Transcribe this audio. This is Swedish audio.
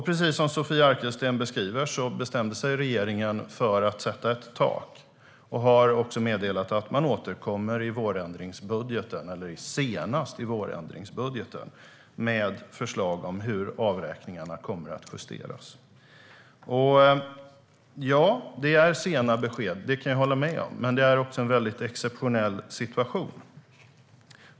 Precis som Sofia Arkelsten beskriver bestämde sig regeringen för att sätta ett tak och har också meddelat att man återkommer senast i vårändringsbudgeten med förslag om hur avräkningarna kommer att justeras. Det är sena besked; det kan jag hålla med om. Men det är också en exceptionell situation.